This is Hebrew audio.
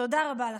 תודה רבה לכם.